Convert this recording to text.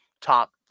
top